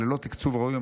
אבל ללא תקצוב ראוי,